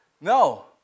No